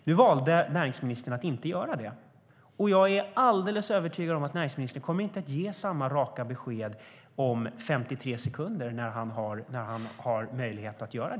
Nu valde näringsministern att inte göra det, och jag är alldeles övertygad om att näringsministern inte heller kommer att ge något sådant rakt besked om 53 sekunder, när han har möjlighet att svara.